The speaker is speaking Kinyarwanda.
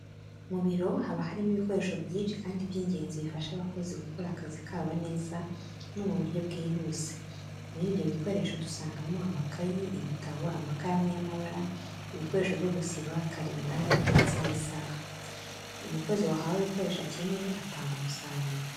Mu biro haba harimo ibikoresho byinshi kandi by'ingenzi bifasha abakozi gukora akazi kabo neza no mu buryo bwihuse. Muri ibyo bikoresho dusangamo amakayi, ibitabo, amakaramu y'amabara, ibikoresho byo gusiba, kalendari ndetse n'isaha. Umukozi wahawe ibikoresho akeneye atanga umusaruro.